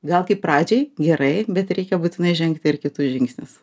gal kaip pradžiai gerai bet reikia būtinai žengti ir kitus žingsnius